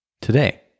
Today